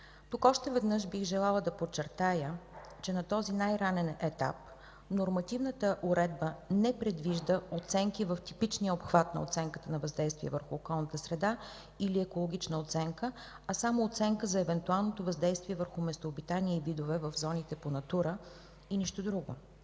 Тук още веднъж бих желала да подчертая, че на този най-ранен етап нормативната уредба не предвижда оценки в типичния обхват на оценката на въздействие върху околната среда или екологична оценка, а само оценка за евентуалното въздействие върху местообитания и видове в зоните по „Натура 2000”. И нищо друго!